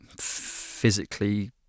physically